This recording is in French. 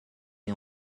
est